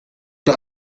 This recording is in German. der